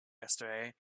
yesterday